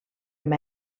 amb